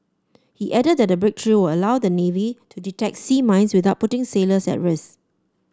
he added that the breakthrough will allow the navy to detect sea mines without putting sailors at risk